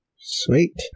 sweet